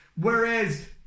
Whereas